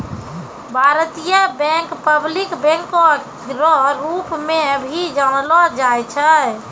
भारतीय bank public बैंको रो रूप मे भी जानलो जाय छै